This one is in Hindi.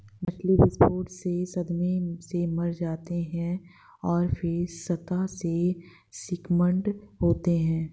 मछली विस्फोट से सदमे से मारे जाते हैं और फिर सतह से स्किम्ड होते हैं